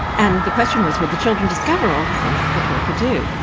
and the question was, would the children discover all the things that the toy could do?